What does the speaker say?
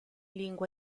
lingua